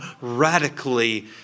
radically